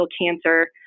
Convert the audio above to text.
cancer